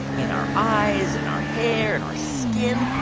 in our eyes and our hair and our skin.